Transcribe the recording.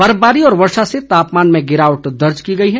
बर्फबारी व वर्षा से तापमान में गिरावट दर्ज की गई है